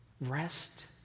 rest